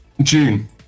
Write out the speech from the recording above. June